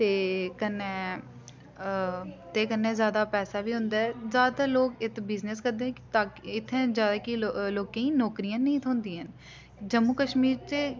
ते कन्नै ते कन्नै ज्यादा पैसा बी होंदा ऐ ज्यादातर लोक इत्त बिजनेस करदे ताकि इत्थें ज्यादातर लोकें ई नौकरियां नेई थ्होंदियां न जम्मू कश्मीर च